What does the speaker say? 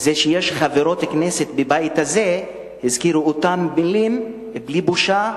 זה שיש חברות כנסת בבית הזה שהזכירו את אותן מלים בלי בושה,